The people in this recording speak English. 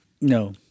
No